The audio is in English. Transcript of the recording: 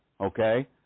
okay